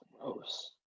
Gross